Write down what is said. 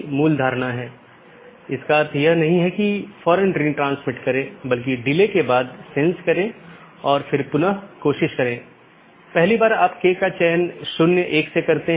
वोह AS जो कि पारगमन ट्रैफिक के प्रकारों पर नीति प्रतिबंध लगाता है पारगमन ट्रैफिक को जाने देता है